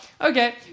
Okay